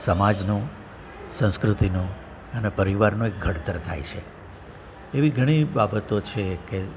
સમાજનું સંસ્કૃતિનું અને પરિવારનું એક ઘડતર થાય છે એવી ઘણી બાબતો છે કે